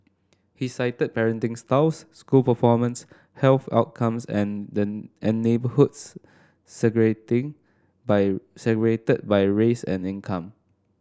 he cited parenting styles school performance health outcomes and neighbourhoods by segregated by race and income